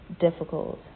difficult